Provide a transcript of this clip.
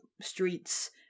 streets